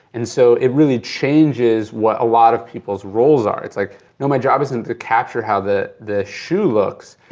and so it really changes what a lot of people's roles are. it's like, you know, my job isn't to capture how the the shoe looks,